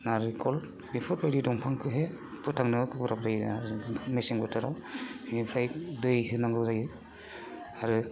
नारेंखल बेफोरबायदि दंफांखौहे फोथांनो गोब्राब जायो आरो मेसें बोथोराव इनिफ्राय दै होनांगौ जायो आरो